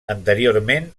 anteriorment